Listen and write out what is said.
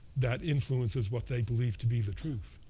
that influences what they believe to be the truth.